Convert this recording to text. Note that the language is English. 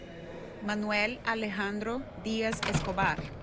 manuel alejandro diaz escobar